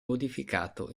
modificato